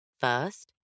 First